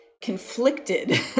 conflicted